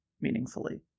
meaningfully